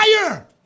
fire